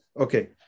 Okay